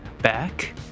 back